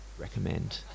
recommend